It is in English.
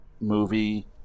movie